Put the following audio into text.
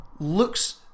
Looks